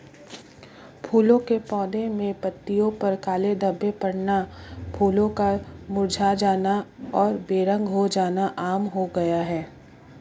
फूलों के पौधे में पत्तियों पर काले धब्बे पड़ना, फूलों का मुरझा जाना और बेरंग हो जाना आम हो गया है